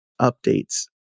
updates